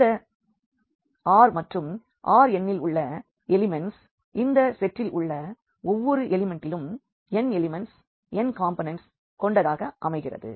இந்த R மற்றும் Rn இல் உள்ள எலிமெண்ட்ஸ் இந்த செட்டில் உள்ள ஒவ்வொரு எலிமெண்டிலும் n எலிமெண்ட்ஸ் n காம்போனெண்ட்ஸ் கொண்டதாக அமைகிறது